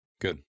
Good